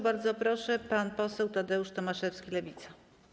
Bardzo proszę, pan poseł Tadeusz Tomaszewski, Lewica.